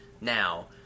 now